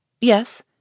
Yes